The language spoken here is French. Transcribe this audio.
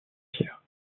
pierre